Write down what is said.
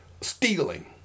stealing